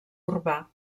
urbà